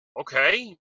okay